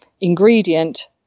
ingredient